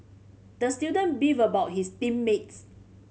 the student beefed about his team mates